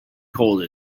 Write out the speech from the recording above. cold